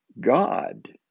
God